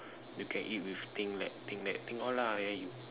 you can eat with think like think like think all lah and